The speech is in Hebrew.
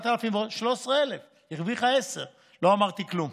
למרות שהרוויחה 10,000. לא אמרתי כלום.